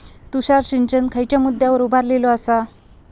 तुषार सिंचन खयच्या मुद्द्यांवर उभारलेलो आसा?